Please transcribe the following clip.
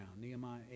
Nehemiah